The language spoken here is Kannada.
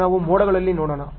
ಈಗ ನಾವು ಮೋಡ್ಗಳಲ್ಲಿ ನೋಡೋಣ